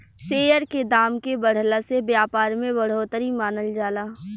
share के दाम के बढ़ला से व्यापार में बढ़ोतरी मानल जाला